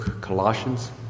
Colossians